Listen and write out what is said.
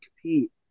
compete